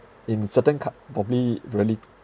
in certain cou~ probably really